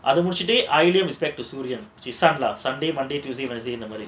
அது முடிச்சிட்டு:adhu mudichittu sunday monday tuesday wednesday